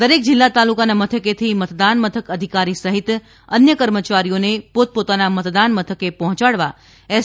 દરેક જિલ્લા તાલુકાના મથકેથી મતદાન મથક આધિકારી સહિત અન્ય કર્મચારીઓને પોતપોતાના મતદાન મથકે પહોંચાડવા એસ